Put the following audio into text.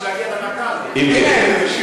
בשביל להגיע לדקה הזאת.